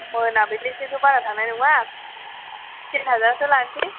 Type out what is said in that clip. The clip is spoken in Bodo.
मोनाबिलि सिमथ' बारा थांनाय नङा थिन हाजारसो लानसै